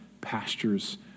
pastures